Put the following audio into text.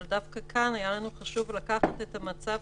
אבל דווקא כאן היה לנו חשוב לקחת את תמונת